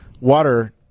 water